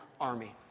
army